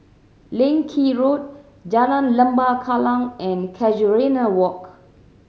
Leng Kee Road Jalan Lembah Kallang and Casuarina Walk